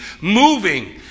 moving